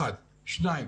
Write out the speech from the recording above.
שתיים,